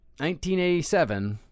1987